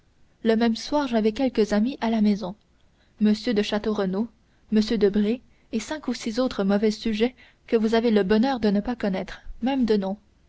le même soir j'avais quelques amis à la maison m de château renaud m debray et cinq ou six autres mauvais sujets que vous avez le bonheur de ne pas connaître même de nom